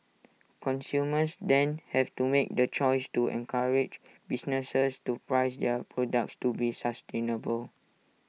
consumers then have to make the choice to encourage businesses to price their products to be sustainable